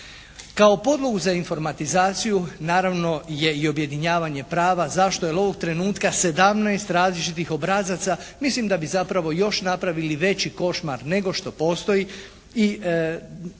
Kao podlogu za informatizaciju naravno je i objedinjavanje prava. Zašto? Jer ovog trenutka 17 različitih obrazaca mislim da bi zapravo još napravili veći košmar nego što postoji i na neki